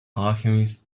alchemist